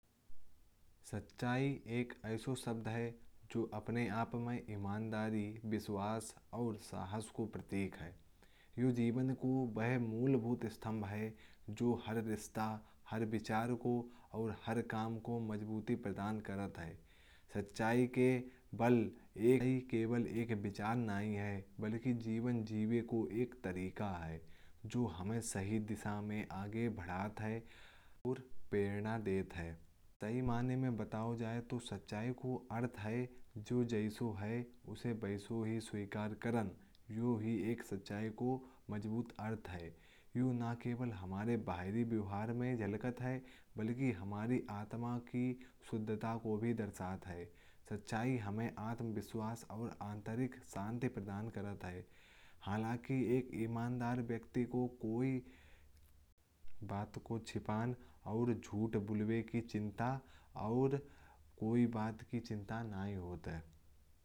सच्चाई एक ऐसा शब्द है जो अपने आप में ईमानदारी। विश्वास और साहस का प्रतीक है ये जीवन का वो मूलभूत स्तम्भ है। जो हर रिश्ते हर विचार और हर काम को मजबूती प्रदान करता है। सच्चाई के बल पर जीना सिर्फ एक विचार नहीं है। बल्कि जीने का एक तरीका है जो हमें सही दिशा में आगे बढ़ाता है और प्रेरणा देता है। सही माने में सच्चाई का अर्थ है जो जैसा है उसे वैसा ही स्वीकार करना। सच्चाई एक मजबूत अर्थ है जो न सिर्फ हमारे बाहरी व्यवहार में झलकता है। बल्कि हमारी आत्मा की शुद्धता को भी दर्शाता है। सच्चाई हमें आत्मविश्वास और आंतरिक शांति प्रदान करता है। एक ईमानदार व्यक्ति को किसी बात को छुपाने या झूठ बोलने की चिंता नहीं होती। और इसी वजह से वो अपने जीवन में शांति और सुख महसूस करता है।